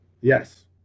Yes